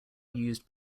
used